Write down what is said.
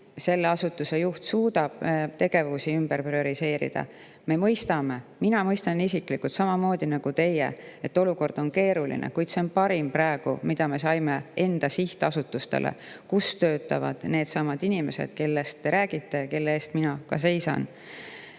selle asutuse juht suudab tegevusi ümber prioriseerida.Me mõistame – mina mõistan isiklikult samamoodi nagu teie –, et olukord on keeruline, kuid see on praegu parim, mida me saime [teha] enda sihtasutuste jaoks, kus töötavad needsamad inimesed, kellest te räägite ja kelle eest ka mina seisan.